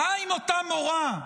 מה עם אותה מורה,